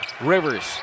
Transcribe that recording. Rivers